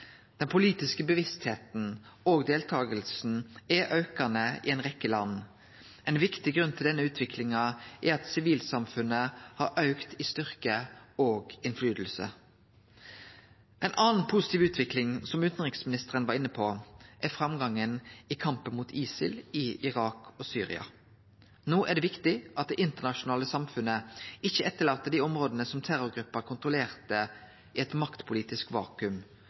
Den politiske bevisstheita og deltakinga er aukande i ei rekkje land. Ein viktig grunn til denne utviklinga er at sivilsamfunnet har auka i styrke og påverknad. Ei anna positiv utvikling som utanriksministeren var inne på, er framgangen i kampen mot ISIL i Irak og Syria. No er det viktig at det internasjonale samfunnet ikkje forlèt dei områda som terrorgruppa kontrollerte, i eit maktpolitisk